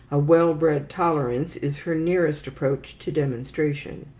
a well-bred tolerance is her nearest approach to demonstration.